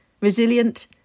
resilient